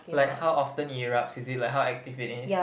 like how often it erupts is it like how active it is